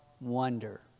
wonder